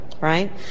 right